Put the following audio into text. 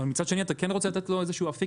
מצד שני אתה כן רוצה לתת לו איזשהו אפיק